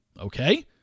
okay